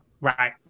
Right